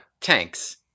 Tanks